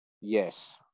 yes